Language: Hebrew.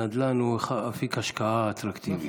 הנדל"ן הוא אפיק השקעה אטרקטיבי.